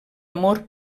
amor